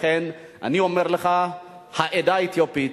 לכן, אני אומר לך, העדה האתיופית,